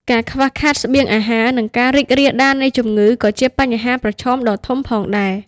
ការខ្វះខាតស្បៀងអាហារ និងការរីករាលដាលនៃជំងឺក៏ជាបញ្ហាប្រឈមដ៏ធំផងដែរ។